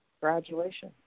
graduation